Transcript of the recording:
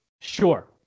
sure